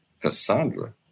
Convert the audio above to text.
Cassandra